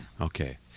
Okay